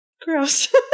Gross